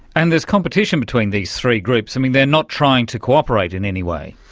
and there is competition between these three groups. i mean, they are not trying to cooperate in any way.